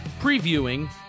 Previewing